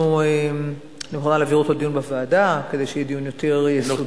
ואני מוכנה להעביר אותו לדיון בוועדה כדי שיהיה דיון יותר יסודי.